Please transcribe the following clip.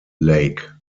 lake